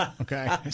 Okay